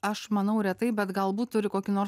aš manau retai bet galbūt turi kokį nors